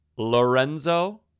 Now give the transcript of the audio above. Lorenzo